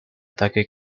ataque